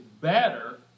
better